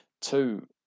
two